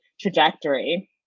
trajectory